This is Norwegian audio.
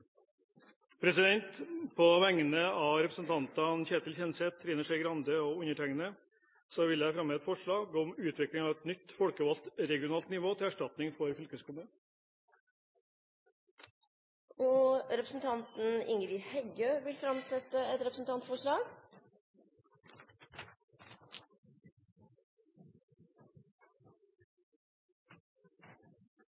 På vegne av representantene Ketil Kjenseth, Trine Skei Grande og undertegnede vil jeg fremme et forslag om utvikling av et nytt folkevalgt regionnivå til erstatning for fylkeskommunen. Representanten Ingrid Heggø vil framsette et representantforslag.